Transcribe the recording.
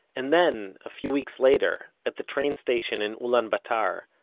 and then, a few weeks later, at the train station in ulaanbaatar,